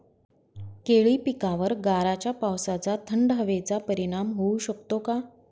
केळी पिकावर गाराच्या पावसाचा, थंड हवेचा परिणाम होऊ शकतो का?